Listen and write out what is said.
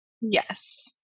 Yes